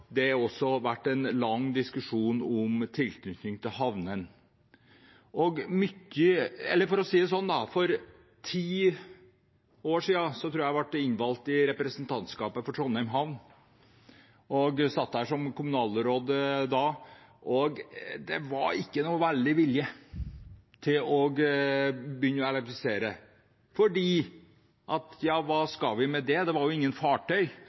Det har også vært en lang diskusjon om tilknytning til havnene. For ti år siden, tror jeg, ble jeg innvalgt i representantskapet for Trondheim Havn og satt der som kommunalråd da. Det var ikke noe veldig til vilje til å begynne å elektrifisere, for hva skulle man med det? Det var jo faktisk ingen fartøy